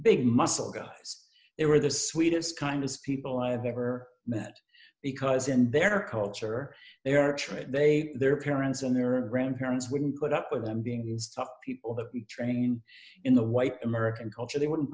big muscle guys they were the sweetest kindest people i have ever met because in their culture they are trained they are their parents and their grandparents wouldn't put up with them being people that training in the white american culture they wouldn't